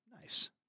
Nice